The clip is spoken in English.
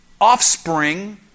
offspring